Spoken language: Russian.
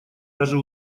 даже